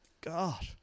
God